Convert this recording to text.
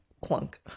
Clunk